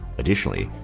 additionally,